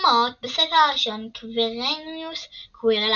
דוגמאות בספר הראשון קוויריניוס קווירל